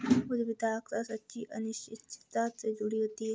उद्यमिता अक्सर सच्ची अनिश्चितता से जुड़ी होती है